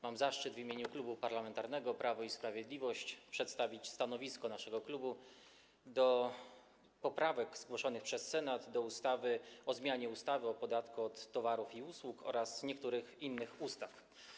Mam zaszczyt w imieniu Klubu Parlamentarnego Prawo i Sprawiedliwość przedstawić stanowisko odnośnie do poprawek zgłoszonych przez Senat do ustawy o zmianie ustawy o podatku od towarów i usług oraz niektórych innych ustaw.